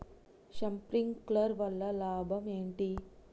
Sprinkler వల్ల లాభం ఏంటి?